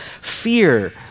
fear